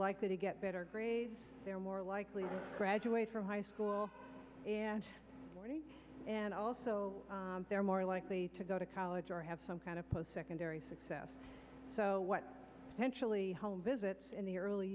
likely to get better grades they're more likely to graduate from high school and also they're more likely to go to college or have some kind of post secondary success what sensually home visits in the early